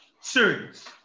Serious